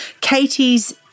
Katie's